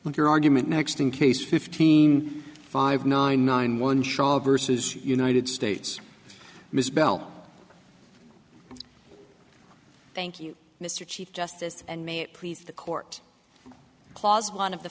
with your argument next in case fifteen five nine nine one shall versus united states ms bell thank you mr chief justice and may it please the court clause one of the